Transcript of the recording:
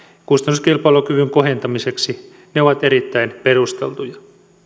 kustannuskilpailukyvyn kohentamiseksi ovat erittäin perusteltuja